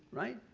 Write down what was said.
right?